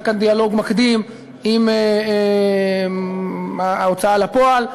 היה כאן דיאלוג מקדים עם ההוצאה לפועל,